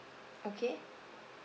okay